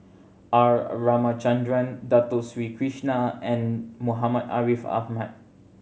R Ramachandran Dato Sri Krishna and Muhammad Ariff Ahmad